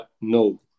no